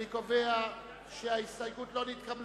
אני קובע שהסעיף אושר